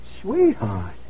Sweetheart